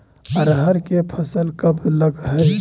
अरहर के फसल कब लग है?